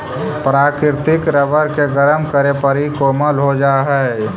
प्राकृतिक रबर के गरम करे पर इ कोमल हो जा हई